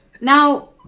Now